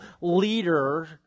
leader